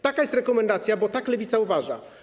Taka jest rekomendacja, bo tak Lewica uważa.